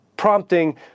prompting